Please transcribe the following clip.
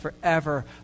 forever